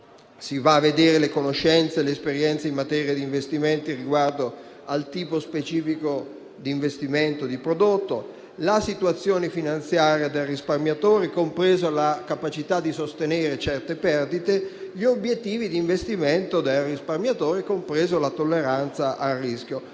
Si vanno a vedere le conoscenze e le esperienze in materia di investimenti, riguardo al tipo specifico di investimento e di prodotto, la situazione finanziaria del risparmiatore, compresa la capacità di sostenere certe perdite, e gli obiettivi di investimento del risparmiatore, compresa la tolleranza al rischio.